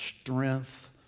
strength